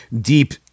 deep